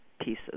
pieces